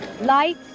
light